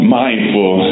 mindful